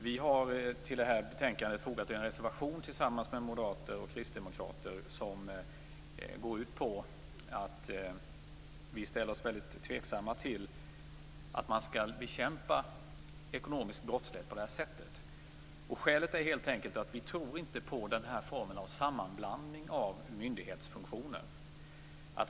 Vi har tillsammans med moderater och kristdemokrater till det här betänkandet fogat en reservation som går ut på att vi ställer oss tveksamma till att man skall bekämpa ekonomisk brottslighet på det här sättet. Skälet är helt enkelt att vi inte tror på den här formen av sammanblandning av myndighetsfunktioner.